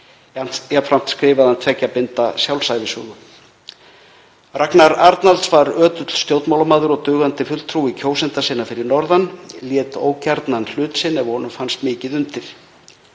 Jafnframt skrifaði hann tveggja binda sjálfsævisögu. Ragnar Arnalds var ötull stjórnmálamaður og dugandi fulltrúi kjósenda sinna fyrir norðan, lét ógjarnan hlut sinn ef honum fannst mikið undir.